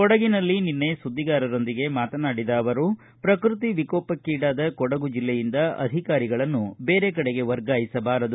ಕೊಡಗಿನಲ್ಲಿ ನಿನ್ನೆ ಸುದ್ದಿಗಾರರೊಂದಿಗೆ ಮಾತನಾಡಿದ ಅವರು ಪ್ರಕೃತಿ ವಿಕೋಪಕ್ಕೀಡಾದ ಕೊಡಗು ಜಿಲ್ಲೆಯಿಂದ ಅಧಿಕಾರಿಗಳನ್ನು ಬೇರೆ ಕಡೆಗೆ ವರ್ಗಾಯಿಸಬಾರದು